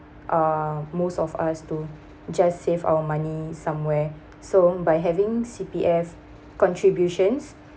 uh most of us to just save our money somewhere so by having C_P_F contributions